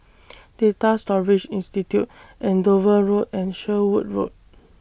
Data Storage Institute Andover Road and Sherwood Road